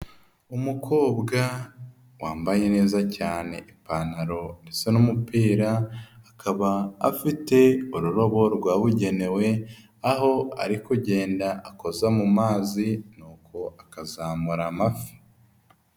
Umukobwa wambaye neza cyane ipantaro isa n'umupira, akaba afite ururobo rwabugenewe aho ari kugenda akoza mu mazi nuko akazamura amafi.